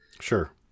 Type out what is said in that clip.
Sure